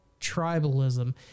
tribalism